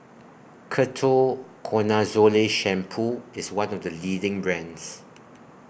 Ketoconazole Shampoo IS one of The leading brands